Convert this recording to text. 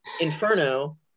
inferno